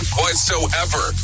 whatsoever